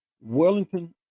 Wellington